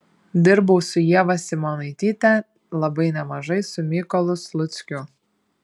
dirbau su ieva simonaityte labai nemažai su mykolu sluckiu